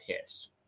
pissed